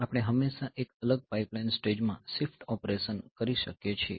આપણે હંમેશા એક અલગ પાઇપલાઇન સ્ટેજમાં શિફ્ટ ઓપરેશન કરી શકીએ છીએ